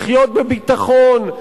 לחיות בביטחון,